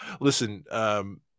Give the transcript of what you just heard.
listen